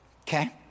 Okay